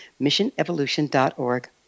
missionevolution.org